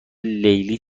لیلی